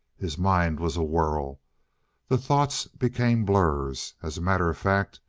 his mind was a whirl the thoughts became blurs. as a matter of fact,